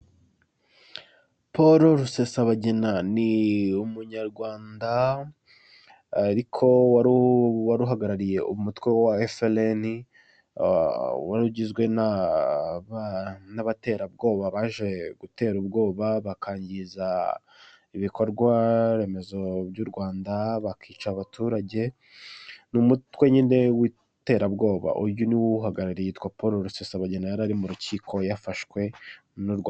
Paul Rusesabagina ni umunyarwanda ariko wari uhagarariye umutwe wa Efereni, wari ugizwe n'abaterabwoba baje gutera ubwoba, bakangiza ibikorwa remezo by'u Rwanda, bakica abaturage, ni umutwe nyine w'iterabwoba. Uyu ni we uwuhagarariye, yitwa Paul Rusesabagina, yari ari mu rukiko yafashwe n'u Rwanda.